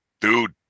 dude